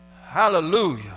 Hallelujah